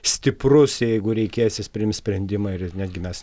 stiprus jeigu reikės jis priims sprendimą ir netgi mes